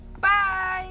Bye